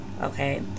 Okay